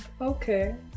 Okay